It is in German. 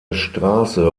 straße